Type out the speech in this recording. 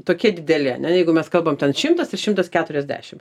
tokie dideli ar ne jeigu mes kalbam ten šimtas ir šimtas keturiasdešim